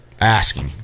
asking